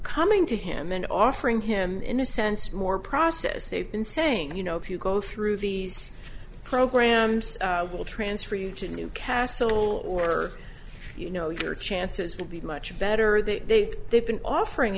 coming to him and offering him in a sense more process they've been saying you know if you go through these programs will transfer you to newcastle or you know your chances will be much better they they've been offering